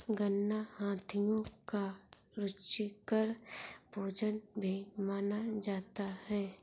गन्ना हाथियों का रुचिकर भोजन भी माना जाता है